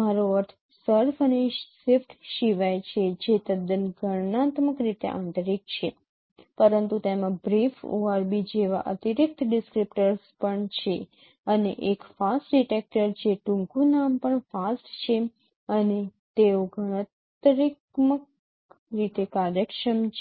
મારો અર્થ સર્ફ અને શિફ્ટ સિવાય છે જે તદ્દન ગણનાત્મક રીતે આંતરિક છે પરંતુ તેમાં BRIEF ORB જેવા અતિરિક્ત ડિસ્ક્રીપ્ટર્સ પણ છે અને એક FAST ડિટેક્ટર જે ટૂંકું નામ પણ FAST છે અને તેઓ ગણતરીત્મક રીતે કાર્યક્ષમ છે